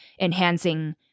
enhancing